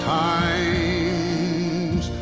times